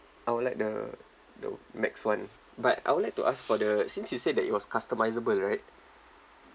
I would like the the max [one] but I would like to ask for the since you said that it was customisable right